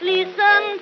Listen